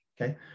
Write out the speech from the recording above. okay